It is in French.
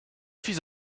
fils